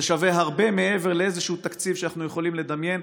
זה שווה הרבה מעבר לאיזשהו תקציב שאנחנו יכולים לדמיין,